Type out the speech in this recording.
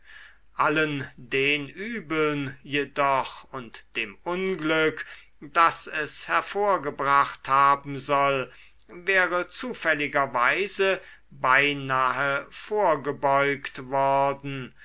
allen den übeln jedoch und dem unglück das es hervorgebracht haben soll wäre zufälligerweise beinahe vorgebeugt worden